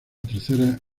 tercera